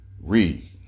read